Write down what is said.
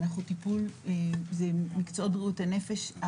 זה מקצועות בריאות הנפש.